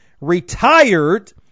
retired